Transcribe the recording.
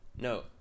no